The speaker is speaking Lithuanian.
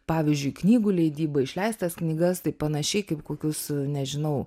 pavyzdžiui knygų leidybą išleistas knygas tai panašiai kaip kokius nežinau